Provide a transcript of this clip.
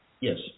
Yes